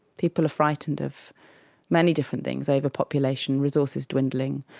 people are frightened of many different things overpopulation, resources dwindling,